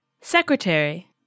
secretary